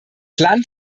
land